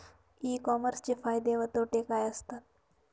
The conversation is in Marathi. ई कॉमर्सचे फायदे व तोटे काय असतात?